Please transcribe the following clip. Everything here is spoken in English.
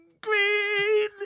Green